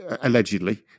allegedly